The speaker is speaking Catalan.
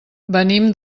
venim